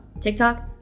TikTok